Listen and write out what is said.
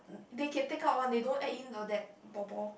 they can take out one they don't add in the that ball ball